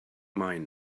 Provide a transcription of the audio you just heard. mine